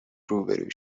روبرو